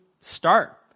start